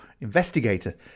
investigator